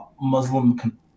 Muslim